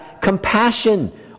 compassion